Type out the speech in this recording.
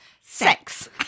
sex